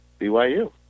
BYU